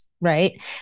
right